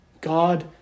God